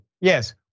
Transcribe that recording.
yes